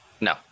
No